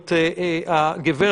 את כל הגדרות,